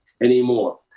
anymore